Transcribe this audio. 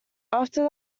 after